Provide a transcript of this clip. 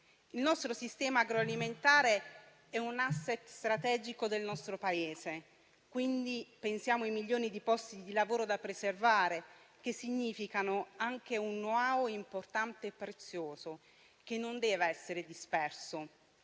Il nostro sistema agroalimentare è un *asset* strategico del Paese. Pensiamo quindi ai milioni di posti di lavoro da preservare, che significano anche un *know-how* importante e prezioso, che non deve essere disperso,